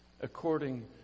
according